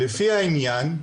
"לפי העניין,